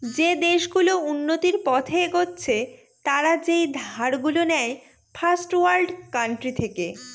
যে দেশ গুলো উন্নতির পথে এগচ্ছে তারা যেই ধার গুলো নেয় ফার্স্ট ওয়ার্ল্ড কান্ট্রি থেকে